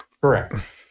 Correct